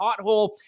pothole